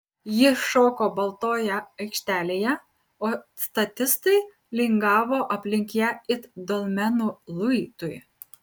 ji šoko baltoje aikštelėje o statistai lingavo aplink ją it dolmenų luitui